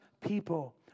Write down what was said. people